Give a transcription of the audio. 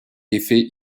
effet